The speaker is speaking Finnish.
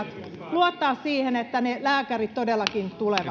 luottaa siihen että ne lääkärit todellakin tulevat